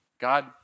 God